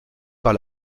par